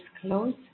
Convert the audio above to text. close